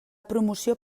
promoció